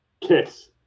Kiss